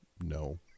No